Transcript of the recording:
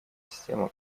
система